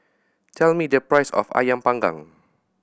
tell me the price of Ayam Panggang